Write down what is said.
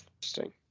Interesting